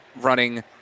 running